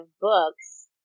books